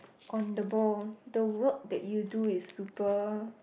on the ball the work that you do is super